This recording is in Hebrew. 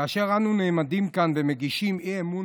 כאשר אנו נעמדים כאן ומגישים אי-אמון